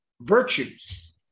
virtues